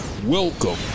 Welcome